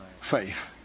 faith